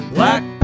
Black